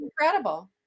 incredible